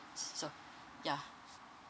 s~ so yeah